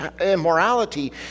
immorality